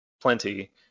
plenty